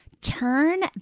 turn